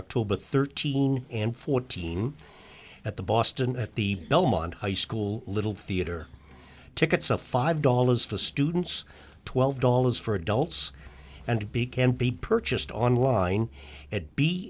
october thirteen and fourteen at the boston at the belmont high school little theater tickets a five dollars for students twelve dollars for adults and be can be purchased online a